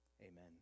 amen